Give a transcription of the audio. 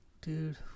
Dude